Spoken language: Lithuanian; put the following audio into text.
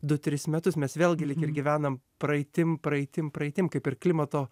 du tris metus mes vėlgi lyg ir gyvenam praeitim praeitim praeitim kaip ir klimato